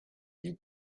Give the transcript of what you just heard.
did